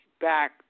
back